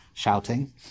shouting